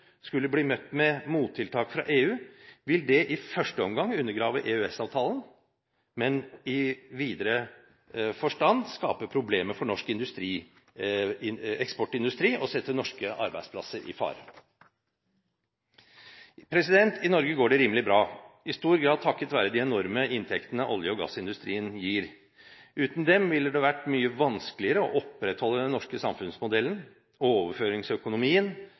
skulle bli møtt med mottiltak fra EU, vil det i første omgang undergrave EØS-avtalen, men i videre forstand skape problemer for norsk eksportindustri og sette norske arbeidsplasser i fare. I Norge går det rimelig bra, i stor grad takket være de enorme inntektene olje- og gassindustrien gir. Uten dem ville det vært mye vanskeligere å opprettholde den norske samfunnsmodellen, overføringsøkonomien,